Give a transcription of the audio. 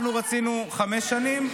אנחנו רצינו חמש שנים.